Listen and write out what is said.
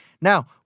Now